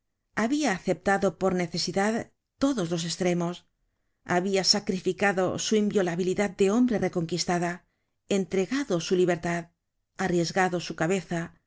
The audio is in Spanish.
habia aceptado por necesidad todos los estremos habia sacrificado su inviolabilidad de hombre reconquistada entregado su libertad arriesgado su cabeza lo